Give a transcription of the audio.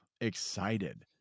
excited